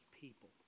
people